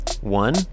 One